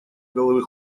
головы